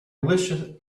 wished